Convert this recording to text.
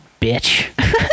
bitch